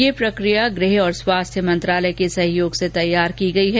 यह प्रकिया गृह और स्वास्थ्य मंत्रालय के सहयोग से तैयार की गई है